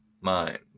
mind